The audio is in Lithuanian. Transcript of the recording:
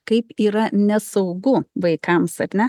kaip yra nesaugu vaikams ar ne